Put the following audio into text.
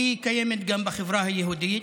והיא קיימת גם בחברה היהודית.